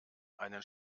einen